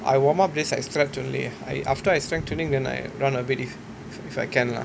I warm up just extra only I after I strength training then I run a bit if if I can lah